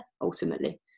ultimately